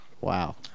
Wow